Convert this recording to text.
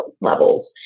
levels